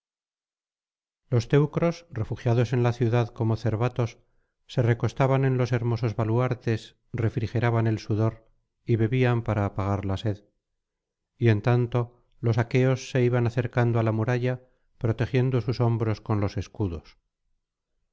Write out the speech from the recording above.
los teucros refugiados en la ciudad como cervatos se recostaban en los hermosos baluartes refrigeraban el sudor y bebían para apagar la sed y en tanto losaqueos se iban acercando á la muralla protegiendo sus hombros con los escudos